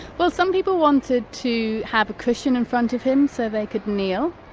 well some people wanted to have a cushion in front of him so they could kneel.